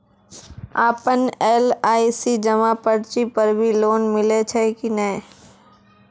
आपन एल.आई.सी जमा पर्ची पर भी लोन मिलै छै कि नै?